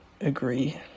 agree